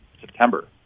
September